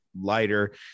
lighter